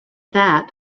that